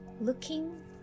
Looking